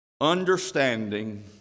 understanding